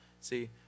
See